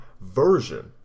version